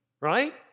right